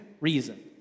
reason